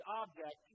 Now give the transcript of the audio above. object